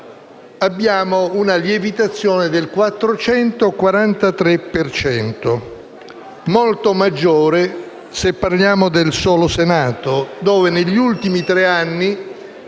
abbiamo una lievitazione del 443 per cento, molto maggiore se parliamo del solo Senato, dove negli ultimi tre anni,